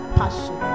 passion